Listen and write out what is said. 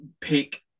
pick